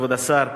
כבוד השר,